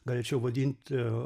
galėčiau vadint